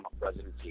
presidency